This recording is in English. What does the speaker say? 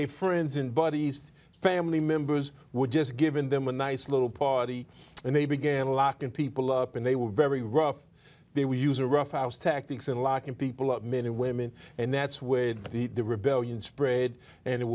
they friends in buddies family members would just given them a nice little party and they began locking people up and they were very rough they would use a rough house tactics in locking people up men and women and that's where the rebellion spread and it